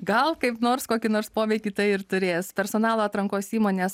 gal kaip nors kokį nors poveikį tai ir turės personalo atrankos įmonės